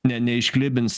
ne neišklibins